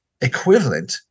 equivalent